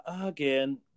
again